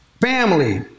family